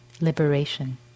liberation